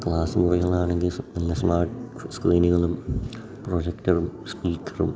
class മുറികൾ ആണെങ്കിൽ നല്ല സ്മാർട്ട് സ്ക്രീനുകളും പ്രൊജക്ടറും സ്പീക്കറും